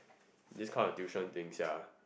this kind of tuition thing ya